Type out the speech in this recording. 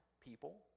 people